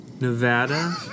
Nevada